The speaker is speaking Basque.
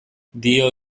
dio